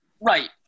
Right